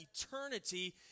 eternity